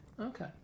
Okay